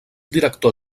director